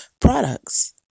products